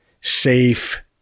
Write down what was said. safe